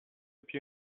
più